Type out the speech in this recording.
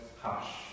hush